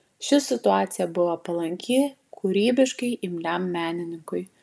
ši situacija buvo palanki kūrybiškai imliam menininkui